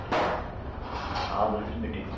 کیٚنٛہہ اَز ٲس میٖٹِنگ